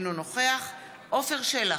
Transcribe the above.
אינו נוכח עפר שלח,